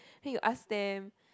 then you ask them